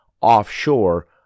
offshore